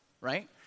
right